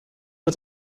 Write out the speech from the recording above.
het